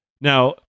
Now